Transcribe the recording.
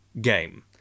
game